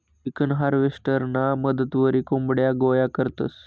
chicken हार्वेस्टरना मदतवरी कोंबड्या गोया करतंस